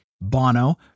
Bono